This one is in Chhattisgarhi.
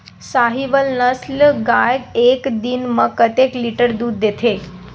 साहीवल नस्ल गाय एक दिन म कतेक लीटर दूध देथे?